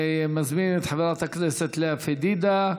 אני מזמין את חברת הכנסת לאה פדידה.